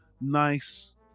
nice